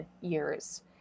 years